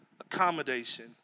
accommodation